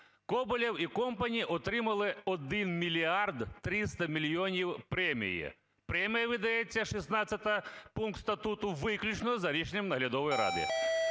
Коболєв і company отримали 1 мільярд 300 мільйонів премії. Премія видається, 16 пункт статуту, виключно за рішенням наглядової ради.